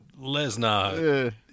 Lesnar